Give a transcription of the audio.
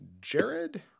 Jared